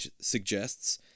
suggests